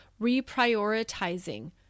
reprioritizing